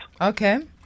okay